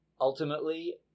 ultimately